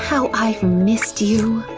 how i've missed you.